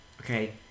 Okay